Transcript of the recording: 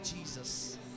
Jesus